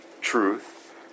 truth